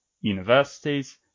universities